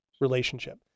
relationship